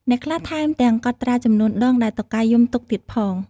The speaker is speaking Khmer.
អ្នកខ្លះថែមទាំងកត់ត្រាចំនួនដងដែលតុកែយំទុកទៀតផង។